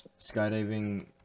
Skydiving